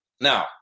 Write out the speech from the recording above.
Now